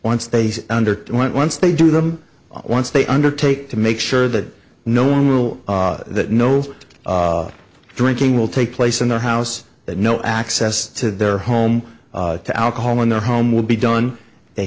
once they see under went once they do them once they undertake to make sure that no one will that no drinking will take place in the house that no access to their home to alcohol in their home will be done they